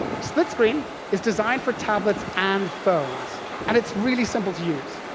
splint-screen is designed for tablets and phones and it's really simple to use.